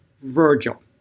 Virgil